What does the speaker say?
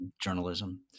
journalism